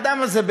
האדם הזה,